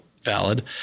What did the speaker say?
valid